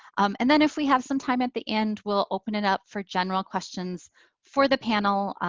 um and then if we have some time at the end, we'll open it up for general questions for the panel.